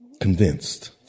convinced